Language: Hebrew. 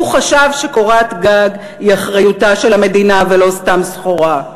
הוא חשב שקורת גג היא אחריותה של המדינה ולא סתם סחורה.